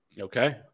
Okay